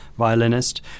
Violinist